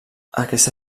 aquesta